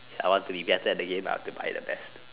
I want to be better the game I have to buy the best